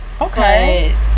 Okay